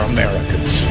Americans